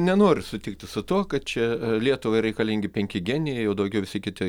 nenoriu sutikti su tuo kad čia lietuvai reikalingi penki genijai o daugiau visi kiti